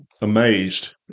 amazed